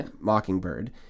Mockingbird